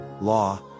law